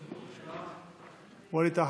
שלוש דקות לרשותך, אדוני.